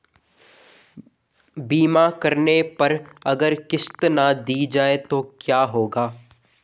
बीमा करने पर अगर किश्त ना दी जाये तो क्या होगा?